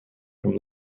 from